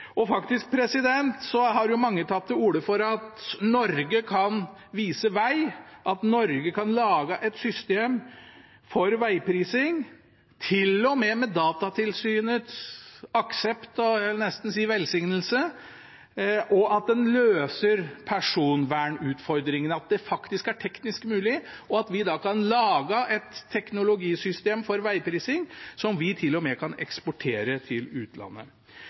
Faktisk har jo mange tatt til orde for at Norge kan vise vei, at Norge kan lage et system for vegprising, til og med med Datatilsynets aksept og – jeg ville nesten si – velsignelse, og at en løser personvernutfordringene, at det faktisk er teknisk mulig, og at vi kan lage et teknologisystem for vegprising som vi til og med kan eksportere til utlandet.